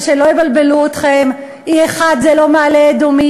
ושלא יבלבלו אתכם: E1 זה לא מעלה-אדומים,